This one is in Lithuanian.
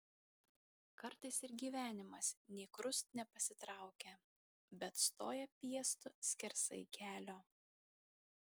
kartais ir gyvenimas nė krust nepasitraukia bet stoja piestu skersai kelio